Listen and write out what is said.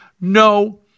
No